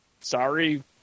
sorry